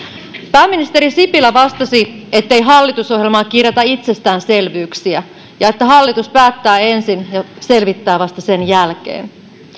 pääministeri sipilä vastasi ettei hallitusohjelmaan kirjata itsestäänselvyyksiä ja että hallitus päättää ensin ja selvittää vasta sen jälkeen